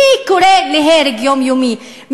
מי קורא להרג יומיומי,